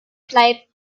flight